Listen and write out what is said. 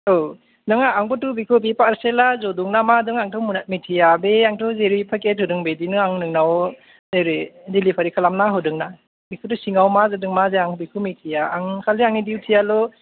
औ नङा आंबोथ' बेखौ बे पार्सेला जदों ना मादों आंथ' मोन्थिया बे आंथ' जेरै पेकेत होदों बिदिनो आं नोंनाव ओरै दिलिभारि खालामना होदों ना बेखौथ' सिङाव मा जादों मा जाया आं बेखौ मिथिया आं खालि आंनि दिउतियाल'